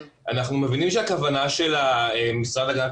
אנחנו מבינים שהכוונה של המשרד להגנת